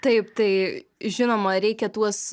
taip tai žinoma reikia tuos